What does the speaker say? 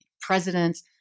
presidents